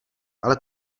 ale